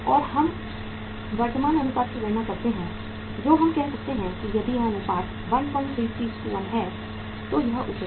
और हम वर्तमान अनुपात की गणना करते हैं जो हम कहते हैं कि यदि यह अनुपात 133 1 है तो यह उचित है